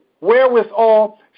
wherewithal